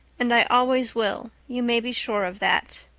and i always will, you may be sure of that.